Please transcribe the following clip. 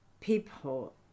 people